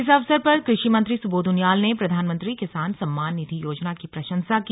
इस अवसर पर कृषि मंत्री सुबोध उनियाल ने प्रधानमंत्री किसान सम्मान निधि योजना की प्रशंसा की